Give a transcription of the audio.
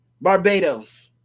Barbados